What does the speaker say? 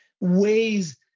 ways